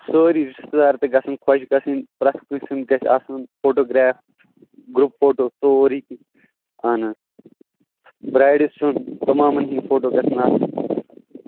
سٲری رِشتہٕ دار تہِ گژھن خۄش گژھٕنۍ پرٛٮ۪تھ کٲنٛسہِ ہُنٛد گژھِ آسُن فوٹوٗگرٛاف گرٛوٗپ فوٹوٗ سورُے کیٚنٛہہ اَہن حظ برٛاڈِ سُنٛد تَمامَن ہٕنٛدۍ فوٹوٗ گژھن آسٕنۍ